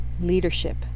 leadership